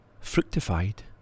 fructified